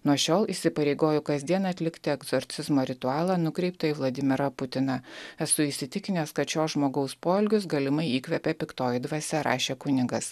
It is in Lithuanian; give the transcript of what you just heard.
nuo šiol įsipareigoju kasdien atlikti egzorcizmo ritualą nukreiptą į vladimirą putiną esu įsitikinęs kad šio žmogaus poelgius galimai įkvėpė piktoji dvasia rašė kunigas